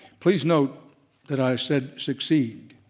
please note that i said succeed,